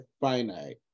finite